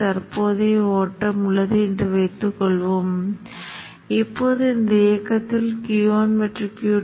இங்கே உருவகப்படுத்துதலின் முடிவில் மதிப்பை எடுத்துக் கொள்வோம் அதைக் கிளிக் செய்து அதன் மதிப்புகள் 1